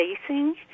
facing